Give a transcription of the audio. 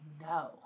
no